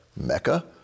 Mecca